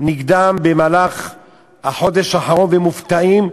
נגדם במהלך החודש האחרון, והם מופתעים,